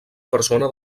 persona